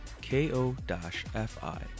K-O-F-I